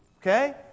Okay